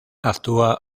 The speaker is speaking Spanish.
actúa